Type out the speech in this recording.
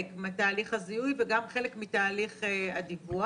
מתהליך הזיהוי וגם חלק מתהליך הדיווח.